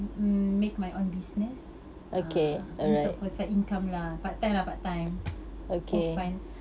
mm make my own business uh untuk for side income lah part time lah part time for fun